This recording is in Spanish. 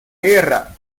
guerra